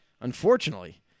unfortunately